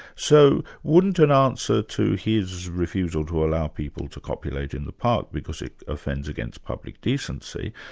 so wouldn't an answer to his refusal to allow people to copulate in the park because it offends against public decency,